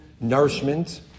nourishment